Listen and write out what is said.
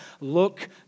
Look